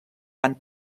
van